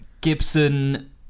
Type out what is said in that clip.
Gibson